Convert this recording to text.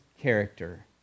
character